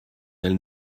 elle